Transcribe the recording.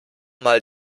mal